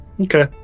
okay